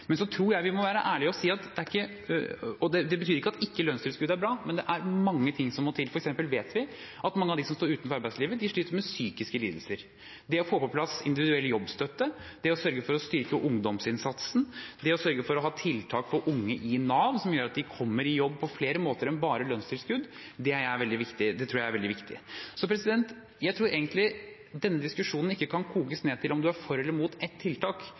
Men jeg tror vi må være ærlig og si – det betyr ikke at ikke lønnstilskudd er bra – at mange ting må til. For eksempel vet vi at mange av dem som står utenfor arbeidslivet, sliter med psykiske lidelser. Det å få på plass individuell jobbstøtte, det å sørge for å styrke ungdomsinnsatsen, det å sørge for å ha tiltak for unge i Nav og som gjør at de kommer i jobb på flere måter enn bare ved lønnstilskudd, tror jeg er veldig viktig. Jeg tror egentlig ikke denne diskusjonen kan kokes ned til at man er for eller mot ett tiltak.